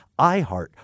iheart